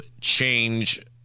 change